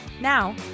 Now